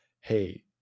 hey